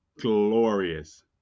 Glorious